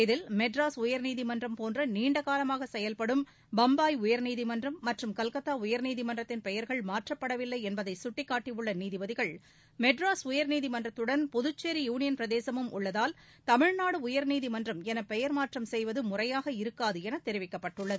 இதில் மெட்ராஸ் உயர்நீதிமன்றம் போன்ற நீண்ட காலமாக செயல்படும் பம்பாய் உயர்நீதிமன்றம் மற்றும் கல்கத்தா உயர்நீதிமன்றத்தின் பெயர்கள் மாற்றப்படவில்லை என்பதை சுட்டிக்காட்டியுள்ள நீதிபதிகள் மெட்ராஸ் உயர்நீதிமன்றத்துடன் புதுச்சேரி யூனியன் பிரதேசமும் உள்ளதால் தமிழ்நாடு உயர்நீதிமன்றம் என பெயர் மாற்றம் செய்வது முறையாக இருக்காது என தெரிவிக்கப்பட்டுள்ளது